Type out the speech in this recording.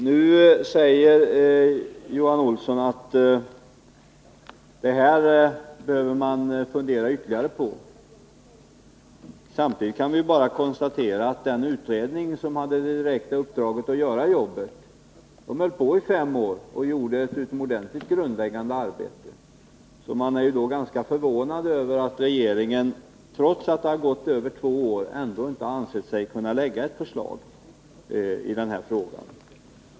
Nu säger Johan Olsson att man behöver fundera ytterligare på de här frågorna. Samtidigt kan vi bara konstatera att den utredning som hade direkt uppdrag att göra jobbet höll på i fem år och gjorde ett utomordentligt grundläggande arbete. Jag är därför ganska förvånad över att regeringen, trots att det har gått över två år sedan utredningens betänkande lades fram, inte har ansett sig kunna lägga fram förslag i den här frågan.